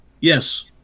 Yes